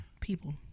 People